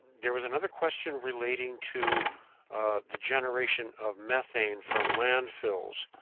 there was another question relating to the generation of methane from landfills.